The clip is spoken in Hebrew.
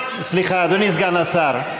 סליחה, אדוני סגן השר.